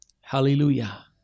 Hallelujah